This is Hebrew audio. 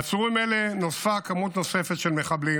לעצורים האלה נוספה כמות נוספת של מחבלים